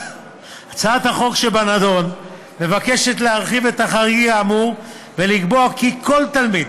הצעת החוק שבנדון מבקשת להרחיב את החריג האמור ולקבוע כי כל תלמיד